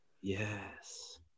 Yes